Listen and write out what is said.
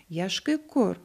ieškai kur